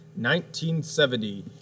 1970